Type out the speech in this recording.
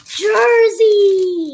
jersey